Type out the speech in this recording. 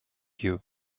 you